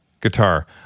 Guitar